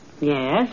Yes